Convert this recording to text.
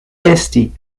esti